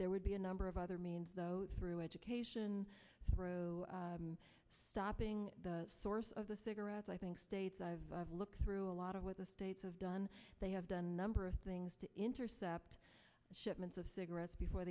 there would be a number of other means through education pro stopping source of the cigarettes i think states i've looked through a lot of what the states have done they have done number of things to intercept shipments of cigarettes before